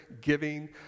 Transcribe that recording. giving